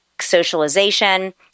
socialization